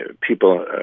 People